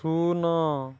ଶୂନ